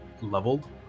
leveled